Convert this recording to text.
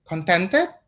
Contented